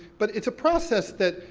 but it's a process that,